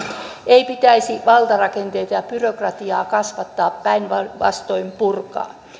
ei pitäisi valtarakenteita ja ja byrokratiaa kasvattaa päinvastoin purkaa